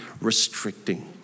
restricting